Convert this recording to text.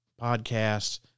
podcasts